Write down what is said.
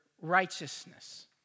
righteousness